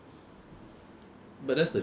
I don't know but